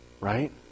Right